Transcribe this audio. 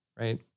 right